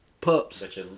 pups